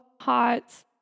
hot